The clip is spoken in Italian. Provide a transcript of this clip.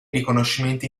riconoscimenti